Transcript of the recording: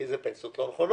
כי זה פנסיות לא נכונות.